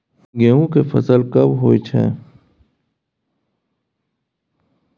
गेहूं के फसल कब होय छै?